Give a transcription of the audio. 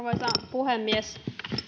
puhemies